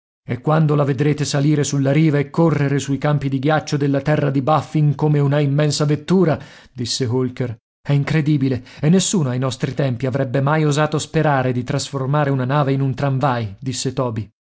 e quando la vedrete salire sulla riva e correre sui campi di ghiaccio della terra di baffin come una immensa vettura disse holker è incredibile e nessuno ai nostri tempi avrebbe mai osato sperare di trasformare una nave in un tramvai disse toby